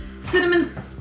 Cinnamon